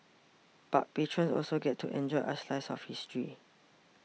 but patrons also get to enjoy a slice of history